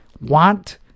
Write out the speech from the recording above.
want